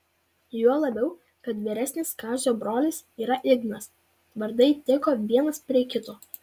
juo labiau kad vyresnis kazio brolis yra ignas vardai tiko vienas prie kito